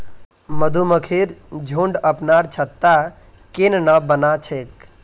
मधुमक्खिर झुंड अपनार छत्ता केन न बना छेक